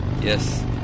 Yes